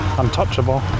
untouchable